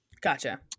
gotcha